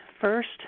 first